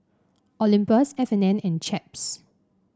Olympus F and N and Chaps